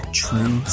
true